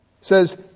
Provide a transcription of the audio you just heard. says